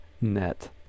net